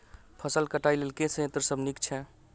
फसल कटाई लेल केँ संयंत्र सब नीक छै?